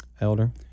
Elder